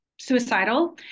suicidal